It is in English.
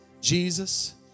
Jesus